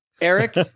Eric